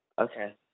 Okay